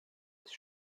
ist